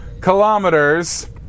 kilometers